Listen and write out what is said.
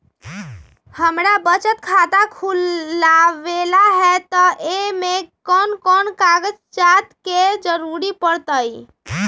हमरा बचत खाता खुलावेला है त ए में कौन कौन कागजात के जरूरी परतई?